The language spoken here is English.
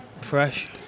fresh